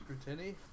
Scrutiny